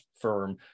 firm